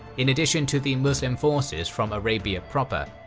in addition to the muslim forces from arabia proper,